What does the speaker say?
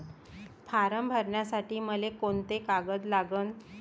Form भरासाठी मले कोंते कागद लागन?